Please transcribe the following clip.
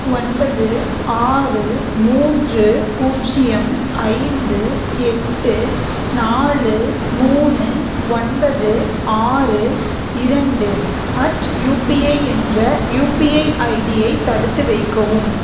ஒன்பது ஆறு மூன்று பூஜ்ஜியம் ஐந்து எட்டு நாலு மூணு ஒன்பது ஆறு இரண்டு அட் யுபிஐ என்ற யுபிஐ ஐடியை தடுத்து வைக்கவும்